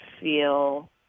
feel